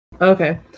Okay